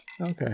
Okay